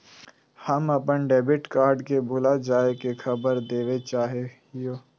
हम अप्पन debit card के भुला जाये के खबर देवे चाहे हियो